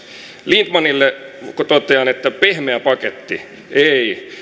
lindtmanille totean että pehmeä paketti ei